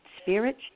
spirit